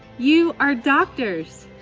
you are doctors.